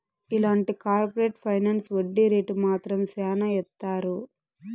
ఇలాంటి corporate finance వడ్డీ rate మాత్రం శ్యానా ఏత్తారు